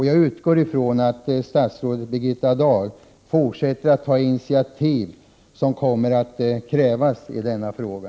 Jag utgår från att statsrådet Birgitta Dahl fortsätter att ta de initiativ som kommer att krävas i denna fråga.